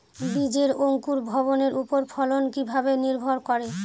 বীজের অঙ্কুর ভবনের ওপর ফলন কিভাবে নির্ভর করে?